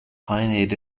pioneered